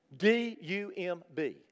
D-U-M-B